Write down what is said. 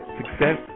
success